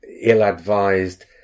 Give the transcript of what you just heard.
ill-advised